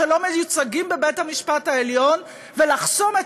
שלא מיוצגים בבית-המשפט העליון ולחסום את